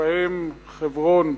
ובהם חברון,